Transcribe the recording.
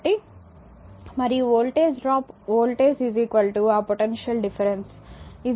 కాబట్టి మరియు voltage drop voltage ఆ పొటెన్షియల్ డిఫరెన్స్ dw dq అని తెలుసు